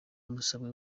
musabwe